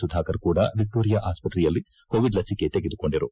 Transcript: ಸುಧಾಕರ್ ಕೂಡ ವಿಕ್ಟೋರಿಯಾ ಆಸ್ತ್ರೆಯಲ್ಲಿ ಕೋವಿಡ್ ಲಸಿಕೆ ತೆಗೆದುಕೊಂಡರು